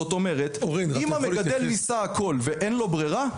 זאת אומרת אם המגדל ניסה הכול ואין לו ברירה,